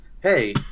hey